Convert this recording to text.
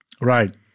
Right